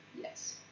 Yes